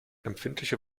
empfindliche